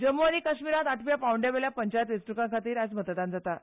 जम्मू आनी काश्मीरांत आठव्या पांवड्या वयल्या पंचायत वेंचण्कां खातीर आयज मतदान जाता